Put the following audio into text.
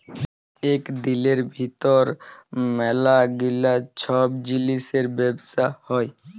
ইক দিলের ভিতর ম্যালা গিলা ছব জিলিসের ব্যবসা হ্যয়